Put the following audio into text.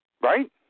Right